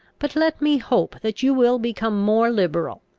but let me hope that you will become more liberal.